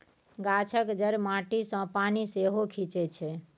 गाछक जड़ि माटी सँ पानि सेहो खीचई छै